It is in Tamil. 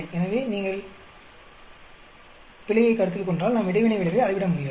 எனவே நீங்கள் பிழையைக் கருத்தில் கொண்டால் நாம் இடைவினை விளைவை அளவிட முடியாது